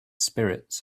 spirits